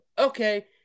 okay